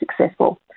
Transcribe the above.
successful